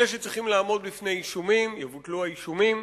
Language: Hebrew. אלה שצריכים לעמוד בפני אישומים, יבוטלו האישומים.